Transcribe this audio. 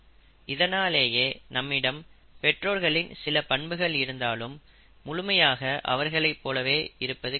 இதனாலேயே நம்மிடம் பெற்றோர்களின் சில பண்புகள் இருந்தாலும் முழுமையாக அவர்களைப் போலவே இருப்பது கிடையாது